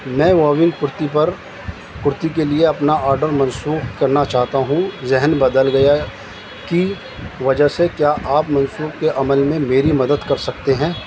میں واویل کرتی پر کرتی کے لیے اپنا آرڈر منسوخ کرنا چاہتا ہوں ذہن بدل گیا ہے کی وجہ سے کیا آپ منسوخ کے عمل میں میری مدد کر سکتے ہیں